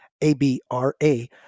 A-B-R-A